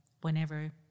whenever